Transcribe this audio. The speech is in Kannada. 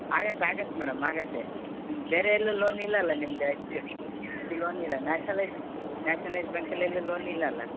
ಆಗತ್ತೆ ಆಗತ್ತೆ ಮೇಡಮ್ ಆಗತ್ತೆ ನಿಮ್ಮದು ಬೇರೆ ಎಲ್ಲೂ ಲೋನ್ ಇಲ್ಲ ಅಲ್ಲಾ ನಿಮ್ಮದು ಲೋನ್ ಇಲ್ಲ ನ್ಯಾಷನಲೈಜಡ್ ನ್ಯಾಷನಲೈಜಡ್ ಬ್ಯಾಂಕಲ್ಲಿ ಎಲ್ಲೂ ಲೋನ್ ಇಲ್ಲ ಅಲ್ಲಾ